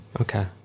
okay